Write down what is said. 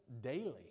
daily